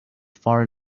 far